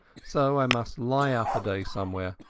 so i must lie up a day somewhere,